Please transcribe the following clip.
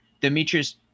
Demetrius